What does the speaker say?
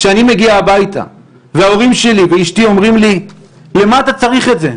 כשאני מגיע הביתה וההורים שלי ואשתי אומרים לי למה אתה צריך את זה,